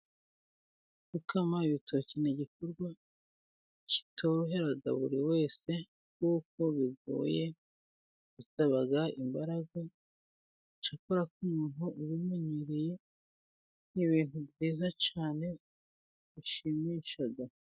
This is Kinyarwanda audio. Gukama ibitoki ni igikorwa kitorohera buri wese, kuko bigoye. Bisaba imbaraga. Cyakora ku muntu ubimenyereye ni ibintu byiza cyane bishimisha.